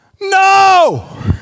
no